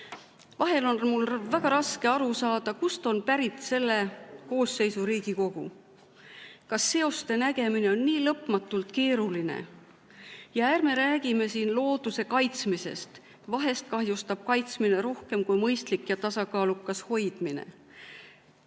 on mul väga raske aru saada, kust on pärit selle koosseisu Riigikogu. Kas seoste nägemine on nii lõpmatult keeruline? Ja ärme räägime siin looduse kaitsmisest. Vahest kahjustab kaitsmine rohkem kui mõistlik ja tasakaalukas hoidmine.